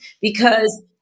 Because-